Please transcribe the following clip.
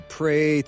pray